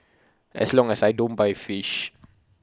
as long as I don't buy fish